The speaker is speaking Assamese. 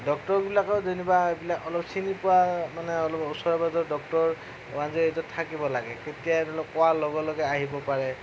ডক্তৰবিলাকেও যেনিবা এইবিলাক অলপ চিনি পোৱা মানে অলপ ওচৰে পাজৰে ডক্তৰ ওৱান জিৰ' এইটত থাকিব লাগে তেতিয়াহে ধৰি লওক কোৱাৰ লগে লগে আহিব পাৰে